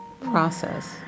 process